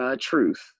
truth